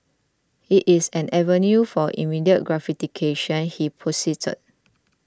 it is an avenue for immediate gratification he posited